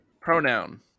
Pronoun